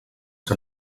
que